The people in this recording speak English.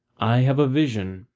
i have a vision,